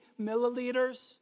milliliters